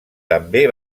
també